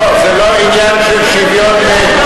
לא, זה לא עניין של שוויון מת.